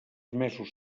mesos